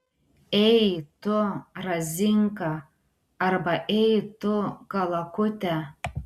ei tu razinka arba ei tu kalakute